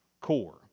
core